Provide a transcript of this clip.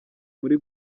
muri